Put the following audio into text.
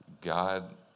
God